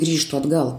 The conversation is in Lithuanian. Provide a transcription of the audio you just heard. grįžtų atgal